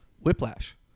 whiplash